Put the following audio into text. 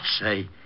say